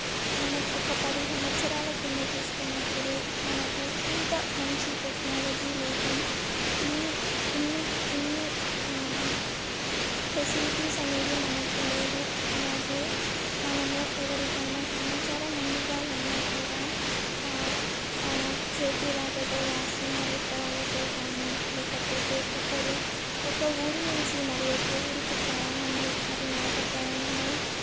మనం ఒక పది సంవత్సరాల కింద చూసుకున్నప్పుడు మనకు ఇంత మంచి టెక్నాలజీ లేదు ఇన్ని ఇన్ని ఇన్ని ఫెసిలిటీస్ అనేవి మనకు లేవు అలాగే మనము ఎవరికైనా సమాచారం అందించాలన్నా కూడా చేతి రాతతో రాసిన ఉత్తరాలతో కానీ లేకపోతే ఒకరు ఒక ఊరి నుంచి మరియొక ఊరికి ప్రయాణమై అది నడక ప్రయాణమై